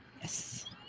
yes